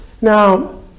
Now